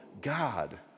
God